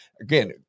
again